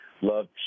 love